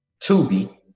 Tubi